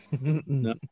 No